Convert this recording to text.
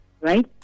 Right